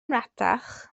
rhatach